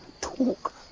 talk